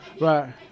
right